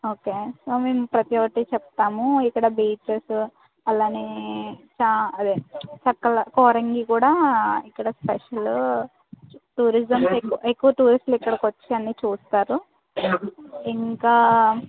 okay so మేము ప్రతి ఒక్కటి చెప్తాము ఇక్కడ బీచెస్ అలానే అదే చక్క కోరంగి కూడా ఇక్కడ స్పెషల్ టూరిజం ఎక్కు ఎక్కువ టూరిస్టులు ఇక్కడికి వచ్చి అన్ని చూస్తారు ఇంకా